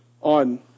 on